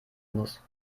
muss